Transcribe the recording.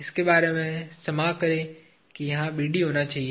इसके बारे में क्षमा करें कि यह BD होना चाहिए